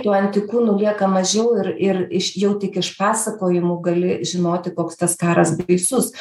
tų antikūnų lieka mažiau ir ir iš jau tik iš pasakojimų gali žinoti koks tas karas baisus